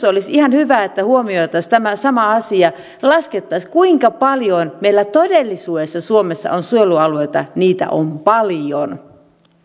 olisi ihan hyvä että huomioitaisiin tämä sama asia ja laskettaisiin kuinka paljon meillä todellisuudessa suomessa on suojelualueita niitä on paljon